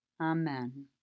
Amen